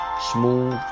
smooth